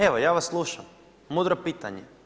Evo ja vas slušam, mudro pitanje.